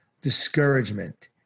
discouragement